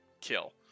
kill